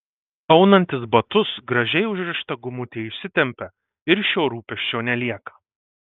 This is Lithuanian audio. aunantis batus gražiai užrišta gumutė išsitempia ir šio rūpesčio nelieka